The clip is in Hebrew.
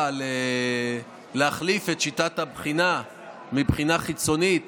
להחליף את שיטת הבחינה מבחינה חיצונית